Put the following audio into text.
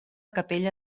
capella